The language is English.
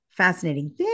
fascinating